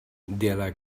derlei